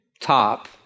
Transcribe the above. top